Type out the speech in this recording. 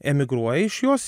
emigruoja iš jos